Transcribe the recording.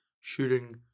shooting